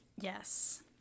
Yes